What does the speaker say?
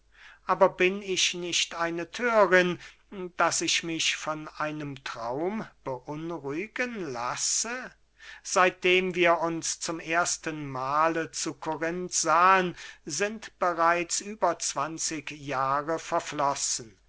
aber bin ich nicht eine thörin daß ich mich von einem traum beunruhigen lasse seitdem wir uns zum ersten mahle zu korinth sahen sind bereits über zwanzig jahre verflossen